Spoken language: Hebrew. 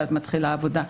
ואז מתחילה העבודה.